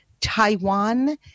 Taiwan